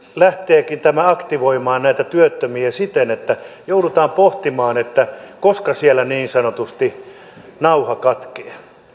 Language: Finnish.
lähteekin aktivoimaan näitä työttömiä siten että joudutaan pohtimaan koska siellä niin sanotusti nauha katkeaa